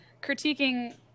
critiquing